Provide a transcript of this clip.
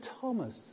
Thomas